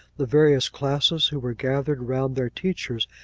the various classes, who were gathered round their teachers,